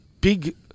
Big